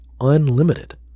Unlimited